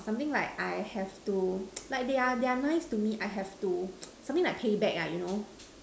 something like I have to like they they are nice to me I have to something like payback ah you know